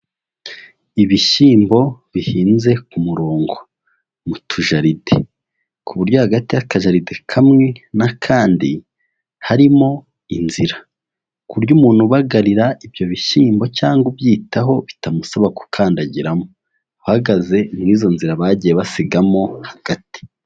Ibishyimbo bihinze ku murongo mu tujaride, ku buryo hagati y'akajaride kamwe n'akandi harimo inzira, ku buryo umuntu ubagarira ibyo bishyimbo cyangwa ubyitaho bitamusaba gukandagiramo, uhagaze muri izo nzira bagiye basigamo hagati.